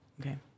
Okay